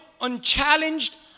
unchallenged